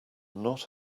not